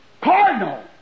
cardinal